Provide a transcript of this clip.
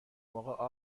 موقع